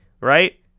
right